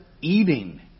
eating